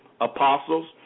apostles